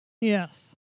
Yes